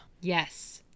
yes